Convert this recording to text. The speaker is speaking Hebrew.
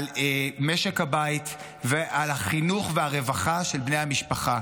על משק הבית ועל החינוך ועל הרווחה של בני המשפחה.